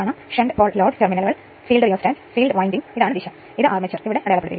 short circuit അവസ്ഥയിൽ WSC ചെമ്പ് നഷ്ടം I1 2 Re 1 ഇത് 112 വാട്ട് വരുന്നു